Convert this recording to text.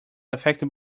affected